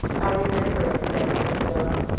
i remember it, said priscilla.